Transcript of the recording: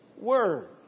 Word